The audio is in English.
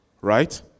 Right